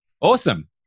Awesome